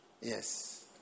Yes